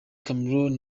cameroun